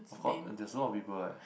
I forgot there's a lot of people eh